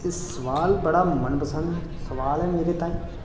एह् सोआल बड़ा मनपसंद सोआल ऐ मेरे ताईं